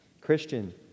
Christian